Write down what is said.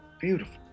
beautiful